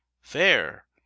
Fair